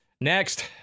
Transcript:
Next